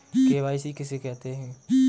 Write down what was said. KYC किसे कहते हैं?